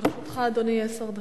אדוני, לרשותך עשר דקות.